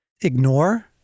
ignore